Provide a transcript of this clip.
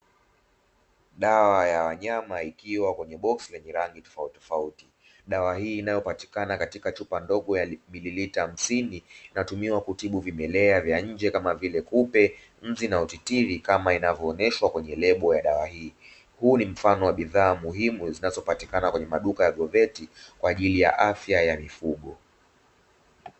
Dawa ya wanyama ikiwa kwenye boksi lenye rangi tofauti tofauti dawa hii inayopatikana katika chupa ndogo ya mililita hamsini natumiwa kutibu vimelea vya nje kama vile kupe mji na utitiri kama inavyoonyeshwa kwenye lebo ya dawa hii huu ni mfano wa bidhaa muhimu zinazopatikana kwenye maduka ya agroveti kwa ajili ya afya ya mifugo